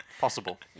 Possible